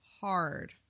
hard